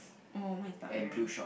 oh mine is not wearing